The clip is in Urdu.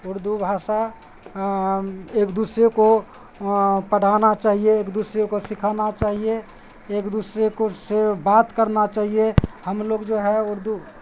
اردو بھاشا ایک دوسرے کو پڑھانا چاہیے ایک دوسرے کو سکھانا چاہیے ایک دوسرے کو سے بات کرنا چاہیے ہم لوگ جو ہے اردو